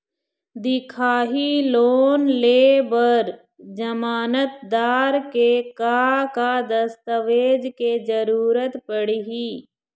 दिखाही लोन ले बर जमानतदार के का का दस्तावेज के जरूरत पड़ही?